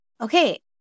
Okay